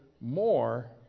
More